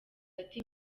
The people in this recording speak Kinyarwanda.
ati